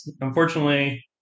Unfortunately